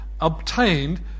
obtained